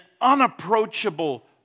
unapproachable